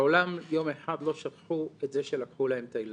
לעולם יום אחד לא שכחו את זה שלקחו להם את הילדים,